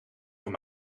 voor